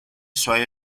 suoi